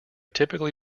typically